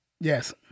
Yes